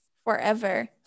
forever